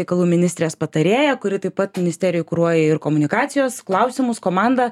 reikalų ministrės patarėją kuri taip pat ministerijoj kuruoja ir komunikacijos klausimus komandą